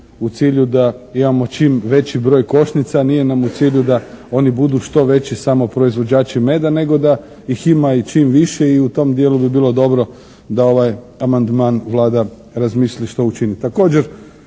u cilju da imamo čim veći broj košnica. Nije nam u cilju da oni budu što veći samo proizvođači meda nego da ih ima i čim više i u tom dijelu bi bilo dobro da ovaj amandman Vlada razmisli što učiniti?